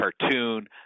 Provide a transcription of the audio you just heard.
cartoon